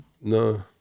no